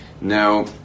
Now